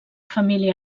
família